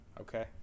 okay